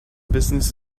business